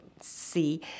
see